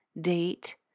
date